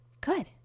good